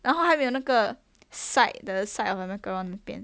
然后它还没有那个 side the side of the macarons 边